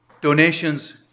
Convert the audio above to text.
donations